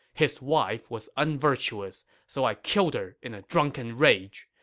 his wife was unvirtuous, so i killed her in a drunken rage.